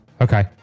Okay